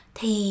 thì